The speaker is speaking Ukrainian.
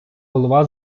голова